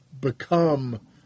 become